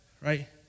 right